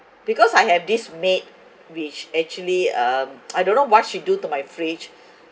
because I have this maid which actually um I don't know what she do to my fridge